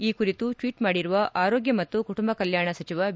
ಈ ಕುರಿತು ಟ್ವೀಟ್ ಮಾಡಿರುವ ಆರೋಗ್ಯ ಮತ್ತು ಕುಟುಂಬ ಕಲ್ಕಾಣ ಸಚಿವ ಬಿ